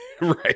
Right